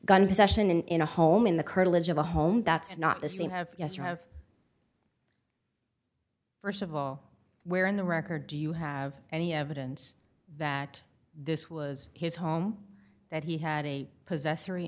gun possession in a home in the curtilage of a home that's not the same have yes or have st of all where in the record do you have any evidence that this was his home that he had a possess